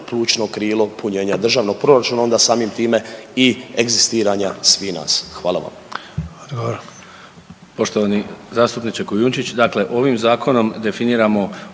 plućno krilo punjenja državnog proračuna onda samim time i egzistiranja svih nas? Hvala vam.